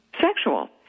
sexual